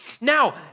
Now